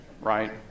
right